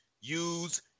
use